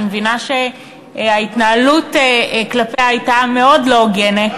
אני מבינה שההתנהלות כלפיה הייתה מאוד לא הוגנת.